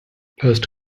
first